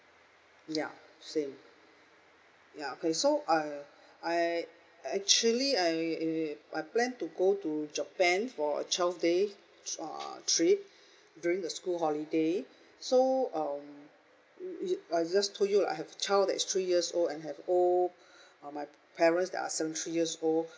ya same ya okay so I I actually I eh I plan to go to japan for uh twelve day uh trip during the school holiday so um it I just told you lah I have child that is three years old I have old uh my parents that are seventy three years old